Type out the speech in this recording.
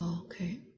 okay